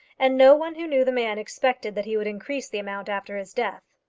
and no one who knew the man expected that he would increase the amount after his death.